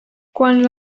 quants